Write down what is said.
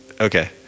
okay